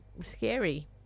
scary